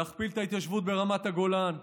להכפיל את ההתיישבות ברמת הגולן,